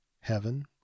heaven